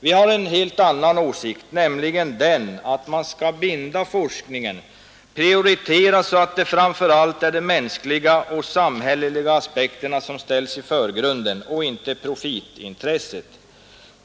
Vi har en helt annan åsikt, nämligen den att man skall binda forskningen; prioritera så att det framför allt är de mänskliga och samhälleliga aspekterna som ställs i förgrunden, inte profittänkandet.